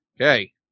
Okay